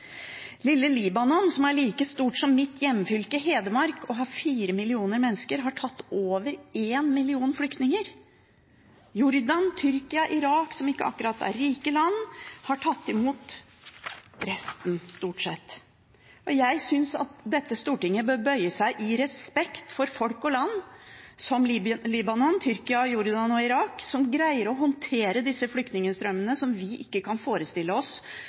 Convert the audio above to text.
Lille Libanon, som er like stort som mitt hjemfylke Hedmark og har 4 millioner mennesker, har tatt imot over 1 million flyktninger. Jordan, Tyrkia og Irak, som ikke akkurat er rike land, har tatt imot resten – stort sett. Jeg synes at dette stortinget bør bøye seg i respekt for folk og land som Libanon, Tyrkia, Jordan og Irak, som greier å håndtere disse flyktningstrømmene, som vi ikke kan forestille oss